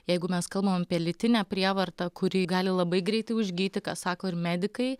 jeigu mes kalbam apie lytinę prievartą kuri gali labai greitai užgyti ką sako ir medikai